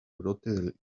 brote